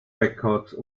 records